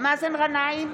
מאזן גנאים,